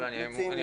אבל אני יכול?